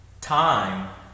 Time